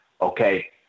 okay